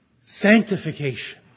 Sanctification